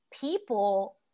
people